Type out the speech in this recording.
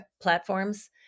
platforms